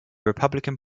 republican